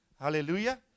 Hallelujah